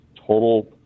total